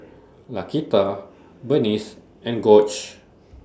Laquita Burnice and Gorge